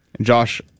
Josh